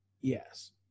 yes